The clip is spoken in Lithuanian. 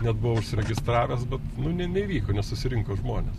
net buvau užsiregistravęs bet nu ne neįvyko nesusirinko žmonės